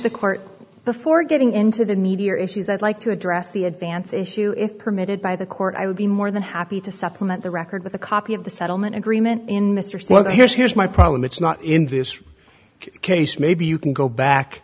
the court before getting into the needier issues i'd like to address the advance issue if permitted by the court i would be more than happy to supplement the record with a copy of the settlement agreement in mr c well here's here's my problem it's not in this case maybe you can go back